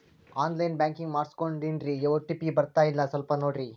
on line banking ಮಾಡಿಸ್ಕೊಂಡೇನ್ರಿ OTP ಬರ್ತಾಯಿಲ್ಲ ಸ್ವಲ್ಪ ನೋಡ್ರಿ